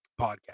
podcast